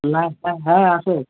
Lifebuoy হ্যাঁ আছে